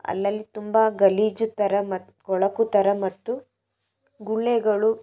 ಅಲ್ಲಲ್ಲಿ ತುಂಬ ಗಲೀಜು ಥರ ಮತ್ತು ಕೊಳಕು ಥರ ಮತ್ತು ಗುಳ್ಳೆಗಳು